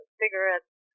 cigarettes